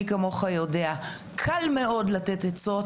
מי כמוך יודע - קל מאוד לתת עצות,